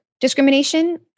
discrimination